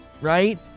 Right